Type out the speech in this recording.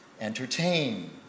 entertain